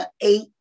eight